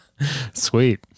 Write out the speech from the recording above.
Sweet